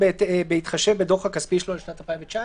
להביא את זה לבית המשפט.